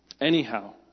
Anyhow